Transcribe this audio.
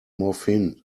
morphine